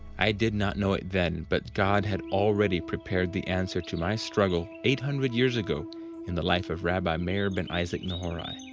i did not know it then, but god had already prepared the answer to my struggle eight hundred years ago in the life of rabbi meir ben isaac nehorai.